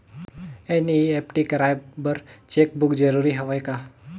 NEFT कराय बर cheque book जरूरी हवय का?